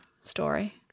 story